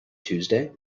tuesday